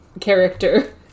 character